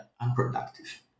unproductive